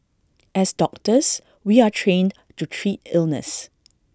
as doctors we are trained to treat illness